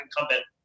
incumbent